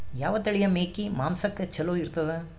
ಯಾವ ತಳಿಯ ಮೇಕಿ ಮಾಂಸಕ್ಕ ಚಲೋ ಇರ್ತದ?